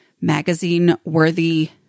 magazine-worthy